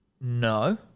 No